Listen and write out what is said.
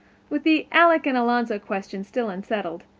with the alec-and-alonzo question still unsettled,